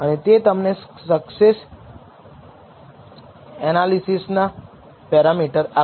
તે તમને સરળ કેસ માટે એનાલિસિસ ના પેરામીટર આપશે